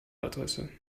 adresse